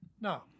No